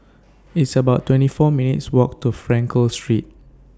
It's about twenty four minutes' Walk to Frankel Street